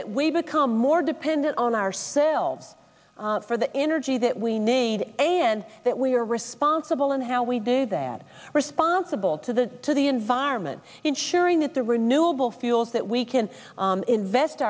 that we become more dependent on ourselves for the energy that we need a and that we are responsible and how we do that responsible to the to the environment ensuring that the renewable fuels that we can invest